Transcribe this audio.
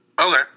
okay